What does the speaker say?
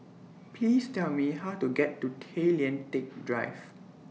Please Tell Me How to get to Tay Lian Teck Drive